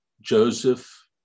Joseph